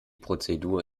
prozedur